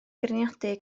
feirniadu